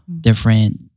different